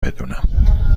بدونم